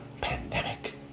pandemic